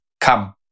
come